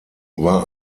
war